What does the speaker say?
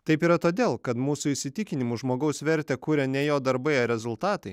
taip yra todėl kad mūsų įsitikinimu žmogaus vertę kuria ne jo darbai ar rezultatai